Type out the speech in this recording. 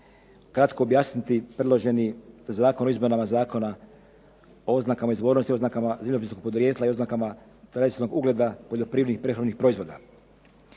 Konačni prijedlog Zakona o izmjeni Zakona o oznakama izvornosti, oznakama zemljopisnog podrijetla i oznakama tradicionalnog ugleda poljoprivrednih, prehrambenih proizvoda.